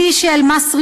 מי שאל-מצרי,